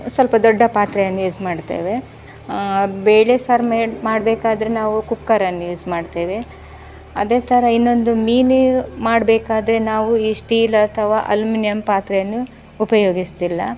ಸ್ವಲ್ಪ ದೊಡ್ಡ ಪಾತ್ರೆಯನ್ನು ಯೂಸ್ ಮಾಡ್ತೇವೆ ಬೇಳೆ ಸಾರು ಮೇಡ್ ಮಾಡಬೇಕಾದ್ರೆ ನಾವು ಕುಕ್ಕರನ್ನು ಯೂಸ್ ಮಾಡ್ತೇವೆ ಅದೇ ಥರ ಇನ್ನೊಂದು ಮೀನು ಮಾಡಬೇಕಾದ್ರೆ ನಾವು ಈ ಸ್ಟೀಲ್ ಅಥವಾ ಅಲ್ಯೂಮಿನಿಯಂ ಪಾತ್ರೆಯನ್ನು ಉಪಯೋಗಿಸ್ತಿಲ್ಲ